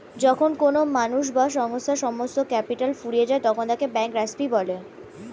যখন কোনো মানুষ বা সংস্থার সমস্ত ক্যাপিটাল ফুরিয়ে যায় তখন তাকে ব্যাঙ্করাপ্সি বলে